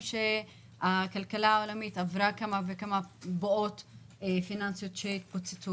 שהכלכלה העולמית עברה כמה וכמה בועות פיננסיות שהתפוצצו,